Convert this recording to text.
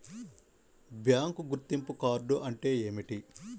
Bank గుర్తింపు card అంటే ఏమిటి?